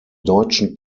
deutschen